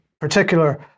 particular